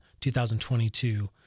2022